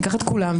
את כולם,